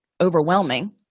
overwhelming